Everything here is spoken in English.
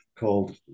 Called